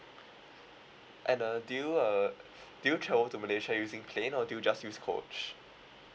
and uh do you uh do you travel to malaysia using plane or do you just use coach